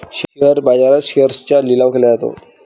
share बाजारात शेअर्सचा लिलाव केला जातो